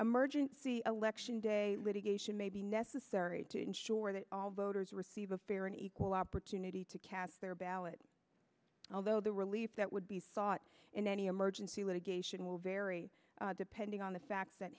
emergency election day litigation may be necessary to ensure that all voters receive a fair and equal opportunity to cast their ballot although the relief that would be sought in any emergency litigation will vary depending on the facts